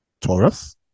Taurus